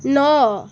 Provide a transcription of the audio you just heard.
ନଅ